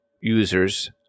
users